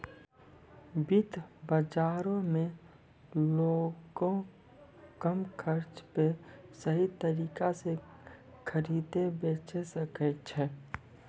वित्त बजारो मे लोगें कम खर्चा पे सही तरिका से खरीदे बेचै सकै छै